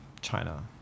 China